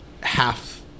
half